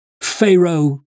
Pharaoh